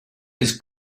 his